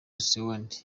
tsvangirai